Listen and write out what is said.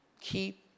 keep